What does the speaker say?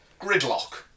gridlock